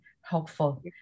helpful